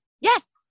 Yes